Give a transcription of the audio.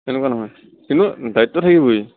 এনেকুৱা নহয় কিন্তু দায়িত্ব থাকিবই